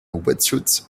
wetsuit